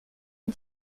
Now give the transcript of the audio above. est